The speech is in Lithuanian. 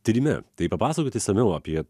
tyrime tai papasakokit išsamiau apie